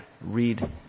Read